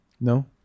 no